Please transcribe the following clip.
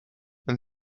and